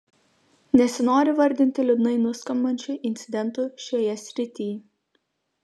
nesinori vardinti liūdnai nuskambančių incidentų šioje srityj